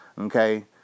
Okay